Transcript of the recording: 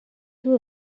two